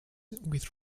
with